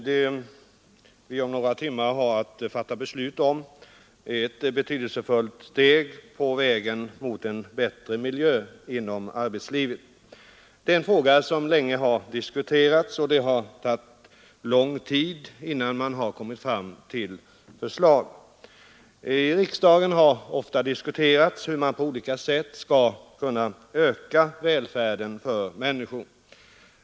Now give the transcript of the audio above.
Herr talman! Det vi om några timmar har att fatta beslut om är ett betydelsefullt steg på vägen mot en bättre miljö inom arbetslivet. Detta är en fråga som länge har debatterats, och det har tagit lång tid innan man kommit fram till förslag. I riksdagen har ofta diskuterats hur man på olika sätt skall kunna öka välfärden för människor.